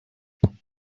upon